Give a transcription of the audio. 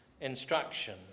instruction